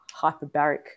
hyperbaric